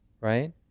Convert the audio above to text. Right